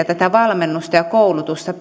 tätä valmennusta ja koulutusta